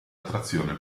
attrazione